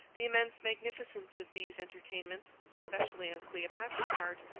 the immense magnificence of these entertainments, especially on cleopatra's part,